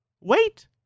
Wait